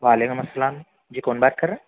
وعلیکم السّلام جی کون بات کر رہے ہیں